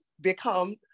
become